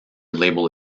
label